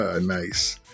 Nice